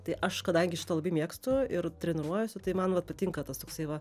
tai aš kadangi šitą labai mėgstu ir treniruojuosi tai man patinka tas toksai va